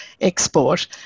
export